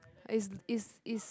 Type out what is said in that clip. is is is